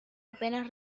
apenas